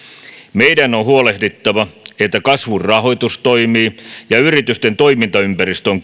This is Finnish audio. meidän on huolehdittava että kasvun rahoitus toimii ja yritysten toimintaympäristö on